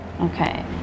Okay